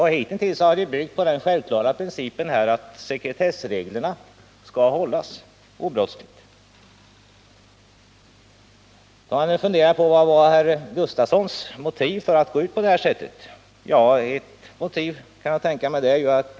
Hittills har man byggt på den självklara principen att sekretessreglerna skall hållas obrottsligt. Nu kan man börja fundera över vilka motiv herr Gustavsson har för att gå ut på det här sättet. Ja, ett motiv kan jag tänka mig.